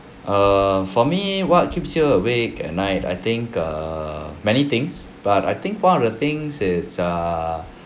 err for me what keeps you awake at night I think err many things but I think one of the things is err